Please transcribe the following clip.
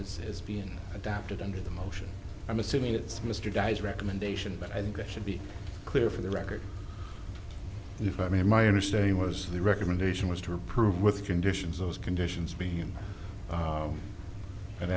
is has been adopted under the motion i'm assuming it's mr guy's recommendation but i think it should be clear for the record if i mean my understanding was the recommendation was to approve with conditions of his conditions being him an